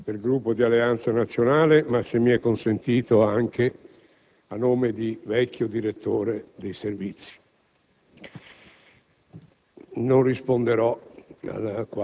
parlo a nome del Gruppo di Alleanza Nazionale, ma, se mi è consentito, anche come vecchio direttore dei Servizi.